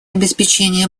обеспечения